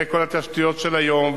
וכל התשתיות של היום.